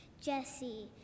Jesse